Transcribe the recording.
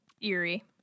Eerie